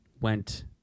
went